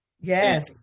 Yes